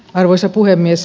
arvoisa puhemies